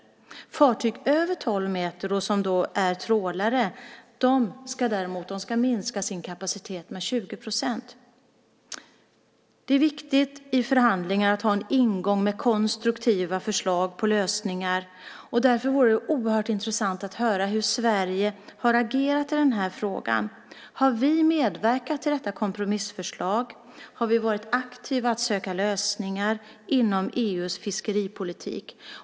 Fartyg som är större än tolv meter och som är trålare ska däremot minska sin kapacitet med 20 %. Det är viktigt i förhandlingar att ha en ingång med konstruktiva förslag till lösningar. Därför vore det oerhört intressant att höra hur Sverige har agerat i denna fråga. Har vi medverkat till detta kompromissförslag? Har vi varit aktiva för att söka lösningar inom EU:s fiskeripolitik?